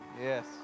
Yes